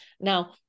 Now